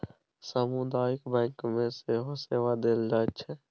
सामुदायिक बैंक मे सेहो सेवा देल जाइत छै